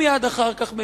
מייד אחר כך מביאים,